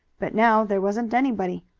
but now there wasn't anybody.